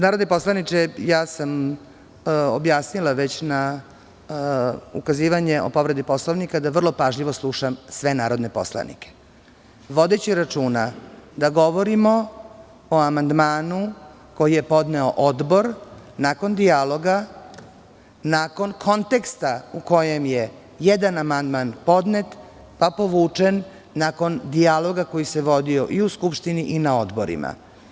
Narodni poslaniče, ja sam već objasnila na ukazivanje o povredi Poslovnika, da vrlo pažljivo slušam sve narodne poslanike, vodeći računa da govorimo o amandmanu koji je podneo Odbor nakon dijaloga, nakon konteksta u kojem je jedan amandman podnet pa povučen, nakon dijaloga koji se vodio i u Skupštini i na odborima.